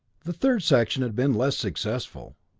the third section had been less successful.